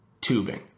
tubing